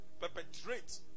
perpetrate